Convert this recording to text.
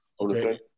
Okay